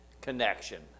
connection